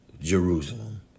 Jerusalem